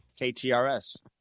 KTRS